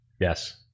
Yes